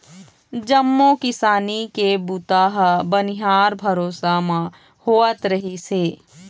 जम्मो किसानी के बूता ह बनिहार भरोसा म होवत रिहिस हे